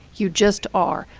you just are.